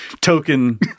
token